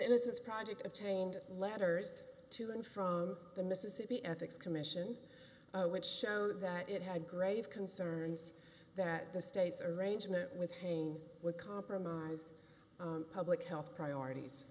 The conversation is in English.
innocence project obtained letters to and from the mississippi ethics commission which showed that it had grave concerns that the state's arrangement with pain would compromise public health priorities